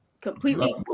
Completely